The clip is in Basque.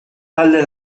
talde